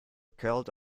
curled